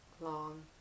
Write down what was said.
long